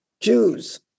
Jews